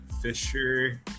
Fisher